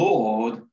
Lord